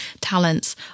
talents